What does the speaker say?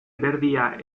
berdea